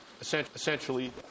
essentially